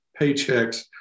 paychecks